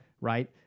right